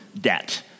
debt